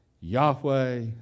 Yahweh